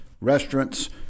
restaurants